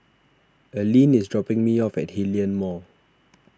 Aline is dropping me off at Hillion Mall